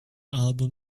album